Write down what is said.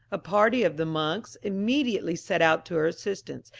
a party of the monks immediately set out to her assistance,